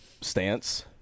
stance